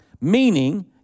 meaning